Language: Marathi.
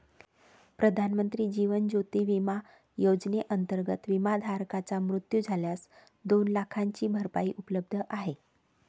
प्रधानमंत्री जीवन ज्योती विमा योजनेअंतर्गत, विमाधारकाचा मृत्यू झाल्यास दोन लाखांची भरपाई उपलब्ध आहे